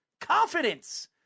Confidence